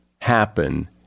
happen